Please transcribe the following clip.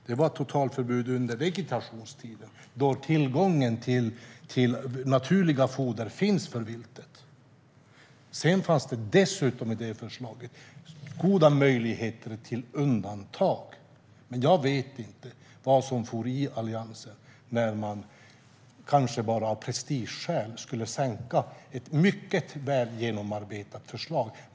Det var ett totalförbud under vegetationstiden, då tillgång till naturligt foder finns för viltet. I förslaget fanns dessutom goda möjligheter till undantag. Jag vet inte vad som for i Alliansen när man, kanske bara av prestigeskäl, sänkte ett mycket väl genomarbetat förslag.